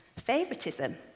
favoritism